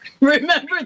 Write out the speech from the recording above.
remember